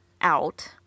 out